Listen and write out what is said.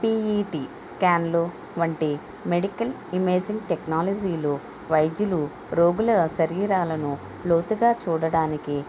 PET స్కాన్లు వంటి medical imaging టెక్నాలజీలు వైద్యులు రోగుల శరీరాలను లోతుగా చూడడానికి